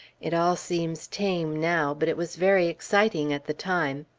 it all seems tame now but it was very exciting at the time.